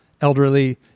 Elderly